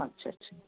আচ্ছা আচ্ছা